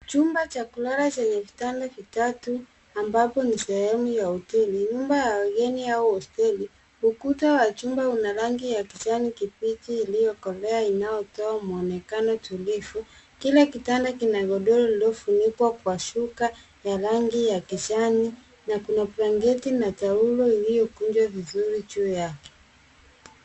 Chumba cha kulala chenye vitanda vitatu, ambapo ni sehemu ya hoteli, nyumba ya wageni, au hosteli. Ukuta wa chumba una rangi ya kijani kibichi iliyokoloea, inayotoa mwonekano tulivu. Kila kitanda kina godoro iliyofunikwa kwa shuka ya rangi ya kijani, na kuna blanketi na taulo iliyokunjwa vizuri juu yake.